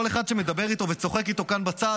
כל אחד שמדבר איתו וצוחק איתו כאן בצד,